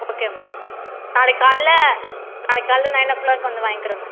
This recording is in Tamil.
ஓகே மேம் நாளைக்கு காலைல நாளைக்கு காலைல நைன் ஓ கிளாக் வந்து வாங்க்கிறோம் மேம்